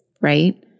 right